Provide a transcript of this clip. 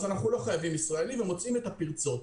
אז אנחנו לא חייבים ישראלי ומוצאים את הפרצות.